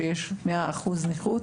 כשיש 100% נכות,